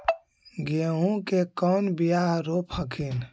गेहूं के कौन बियाह रोप हखिन?